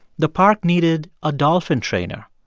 the park needed a dolphin trainer,